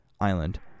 island